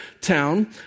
town